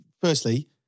Firstly